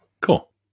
Cool